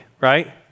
right